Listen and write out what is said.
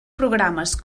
programes